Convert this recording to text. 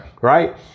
Right